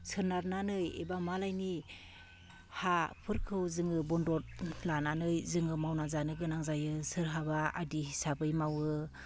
सोनारनानै एबा मालायनि हाफोरखौ जोङो बन्दख लानानै जोङो मावना जानो गोनां जायो सोरहाबा आदि हिसाबै मावो